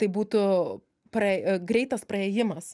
tai būtų pra greitas praėjimas